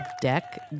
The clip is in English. Deck